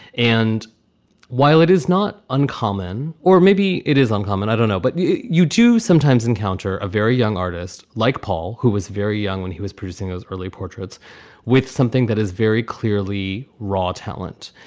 and while it is not uncommon or maybe it is uncommon, i don't know but you do sometimes encounter a very young artist like paul, who was very young when he was producing those early portraits with something that is very clearly raw talent.